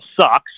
sucks